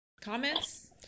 comments